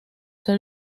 ser